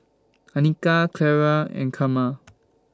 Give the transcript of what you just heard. Annika Ciara and Carma